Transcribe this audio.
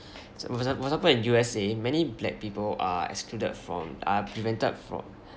s~ for example for example in U_S_A many black people are excluded from are prevented from